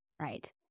Right